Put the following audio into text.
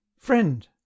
friend